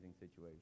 situation